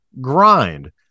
Grind